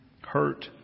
hurt